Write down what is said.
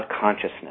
consciousness